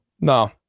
No